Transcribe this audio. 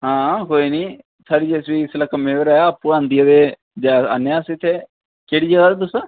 हां कोई निं साढ़ी जेसीबी इस बेल्लै कम्मै पर ऐ आप्पू औंदी ऐ ते जा औने आं अस इत्थै केह्ड़ी जगह दे तुस